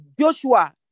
Joshua